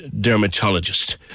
dermatologist